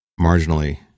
marginally